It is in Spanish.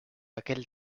aquel